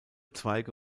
zweige